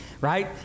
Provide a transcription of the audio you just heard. right